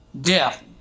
death